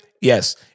yes